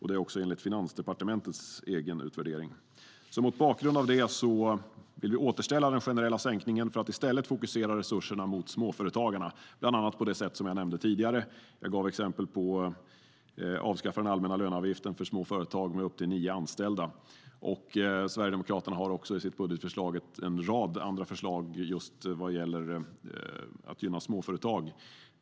Det är enligt Finansdepartementets egen utvärdering. Mot bakgrund av det vill vi återställa den generella sänkningen för att i stället fokusera resurserna på småföretagarna, bland annat på det sätt som jag nämnde tidigare. Jag gav exempel: att avskaffa den allmänna löneavgiften för små företag med upp till nio anställda. Sverigedemokraterna har också i sitt budgetförslag en rad andra förslag vad gäller att gynna småföretag.